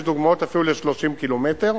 יש דוגמאות אפילו ל-30 קילומטר,